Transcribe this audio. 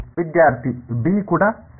ವಿದ್ಯಾರ್ಥಿ ಬಿ ಕೂಡ ಸರಿ